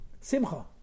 Simcha